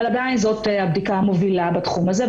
אבל עדיין זאת הבדיקה המובילה בתחום הזה,